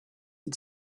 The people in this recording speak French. ils